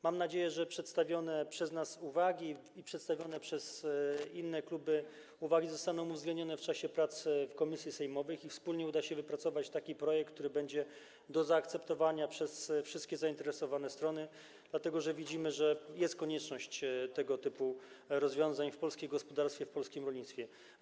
Mam nadzieję, że przedstawione przez nas i przez inne kluby uwagi zostaną uwzględnione w czasie prac w komisji sejmowej i wspólnie uda się wypracować taki projekt, który będzie do zaakceptowania przez wszystkie zainteresowane strony, dlatego że widzimy, że jest konieczność wprowadzenia tego typu rozwiązań w polskim gospodarstwie, w polskim rolnictwie.